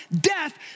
death